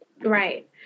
Right